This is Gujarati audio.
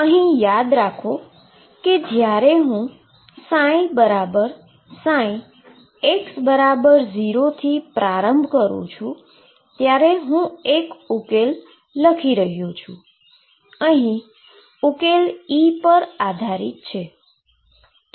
હવે યાદ રાખો જ્યારે હું ψψx0 થી પ્રારંભ કરું છું ત્યારે હું એક ઉકેલ કરી રહ્યો છું અને ઉકેલ E પર આધારિત છે